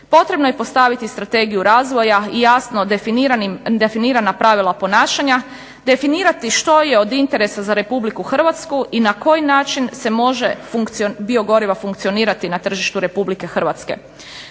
Potrebno je postaviti strategiju razvoja i jasno definirana pravila ponašanja, definirati što je od interesa za Republiku Hrvatsku i na koji način se biogoriva funkcionirati na tržištu Republike Hrvatske.